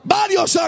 varios